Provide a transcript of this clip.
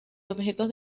objetos